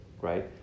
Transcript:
right